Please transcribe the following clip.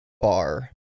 bar